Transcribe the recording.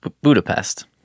Budapest